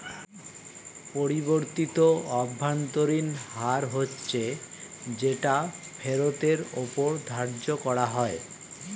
পরিবর্তিত অভ্যন্তরীণ হার হচ্ছে যেটা ফেরতের ওপর ধার্য করা হয়